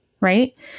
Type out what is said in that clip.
Right